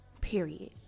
period